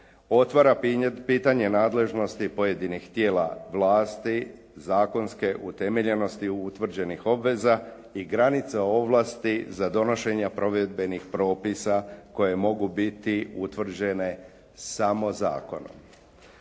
otvara pitanje nadležnosti pojedinih tijela vlasti zakonske utemeljenosti utvrđenih obveza i granica ovlasti za donošenje provedbenih propisa koje mogu biti utvrđene samo zakonom.